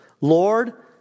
Lord